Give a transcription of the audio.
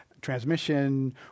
transmission